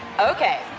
Okay